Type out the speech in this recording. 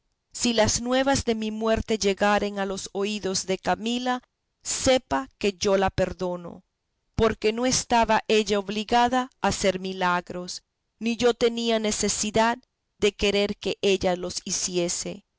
si las nuevas de mi muerte llegaren a los oídos de camila sepa que yo la perdono porque no estaba ella obligada a hacer milagros ni yo tenía necesidad de querer que ella los hiciese